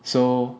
so